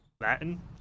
Latin